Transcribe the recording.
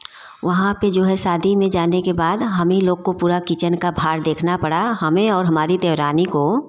वहाँ पर जो है शादी में जाने के बाद हम ही लोग को पूरा किचन का भार देखना पड़ा हमें और हमारी देवरानी को